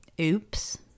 Oops